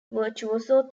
virtuoso